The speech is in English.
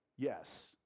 Yes